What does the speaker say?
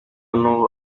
n’ubu